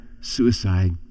suicide